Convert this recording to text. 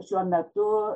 šiuo metu